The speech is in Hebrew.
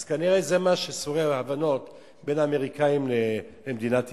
אז כנראה זה מה שסוגר הבנות בין האמריקנים למדינת ישראל,